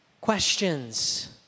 questions